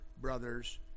brother's